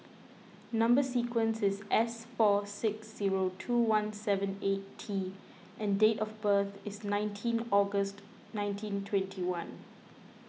Number Sequence is S four six zero two one seven eight T and date of birth is nineteen August nineteen twenty one